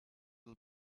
bit